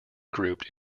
grouped